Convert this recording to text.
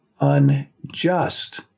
unjust